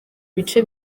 bice